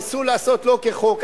ניסו לעשות חוק,